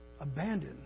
abandoned